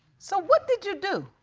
so, what did you do?